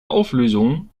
auflösung